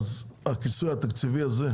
הכיסוי התקציבי הזה,